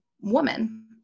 woman